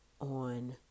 on